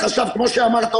כפי שאמרת,